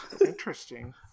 interesting